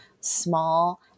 small